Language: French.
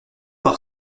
par